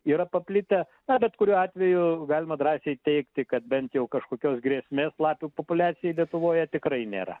yra paplitę na bet kuriuo atveju galima drąsiai teigti kad bent jau kažkokios grėsmės lapių populiacijai lietuvoje tikrai nėra